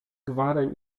gwarem